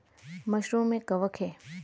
mushroom एक कवक है